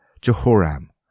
Jehoram